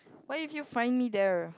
what if you find me there